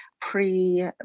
pre